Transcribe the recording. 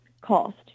cost